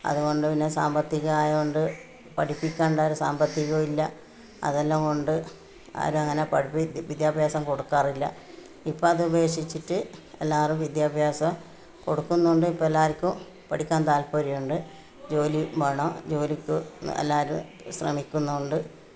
അതുകൊണ്ട് പിന്നെ സാമ്പത്തികായോണ്ട് പഠിപ്പിക്കണ്ട ഒരു സാമ്പത്തികവും ഇല്ല അതെല്ലാം കൊണ്ട് ആരും അങ്ങനെ പഠിപ്പിക്കില്ല വിദ്യാഭ്യാസം കൊടുക്കാറില്ല ഇപ്പോൾ അത് ഉപേക്ഷിച്ചിട്ട് എല്ലാവരും വിദ്യാഭ്യാസം കൊടുക്കുന്നുണ്ട് ഇപ്പോൾ എല്ലാവർക്കും പഠിക്കാന് താല്പര്യം ഉണ്ട് ജോലി വേണം ജോലിക്ക് എല്ലാവരും ശ്രമിക്കുന്നുണ്ട്